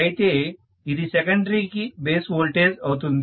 అయితే ఇది సెకండరీకి బేస్ వోల్టేజ్ అవుతుంది